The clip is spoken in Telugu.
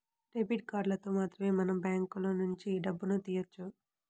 డెబిట్ కార్డులతో మాత్రమే మనం బ్యాంకులనుంచి డబ్బును తియ్యవచ్చు